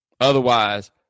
Otherwise